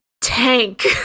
tank